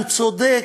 הוא צודק,